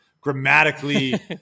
Grammatically